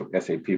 SAP